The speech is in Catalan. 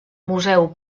museu